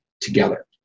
together